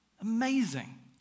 Amazing